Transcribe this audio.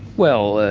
well,